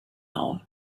hour